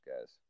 guys